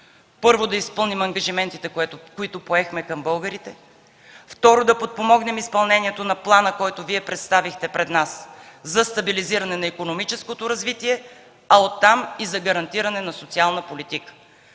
първо, да изпълним ангажиментите, които поехме към българите, второ, да подпомогнем изпълнението на плана, който Вие представихте пред нас, за стабилизиране на икономическото развитие, а от там и за гарантиране на социална политика.